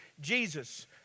Jesus